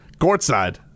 Courtside